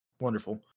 Wonderful